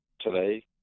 today